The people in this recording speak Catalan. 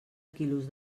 quilos